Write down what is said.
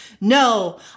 No